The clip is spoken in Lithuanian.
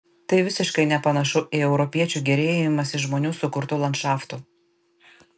tai visiškai nepanašu į europiečių gėrėjimąsi žmonių sukurtu landšaftu